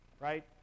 Right